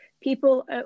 people